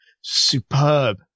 superb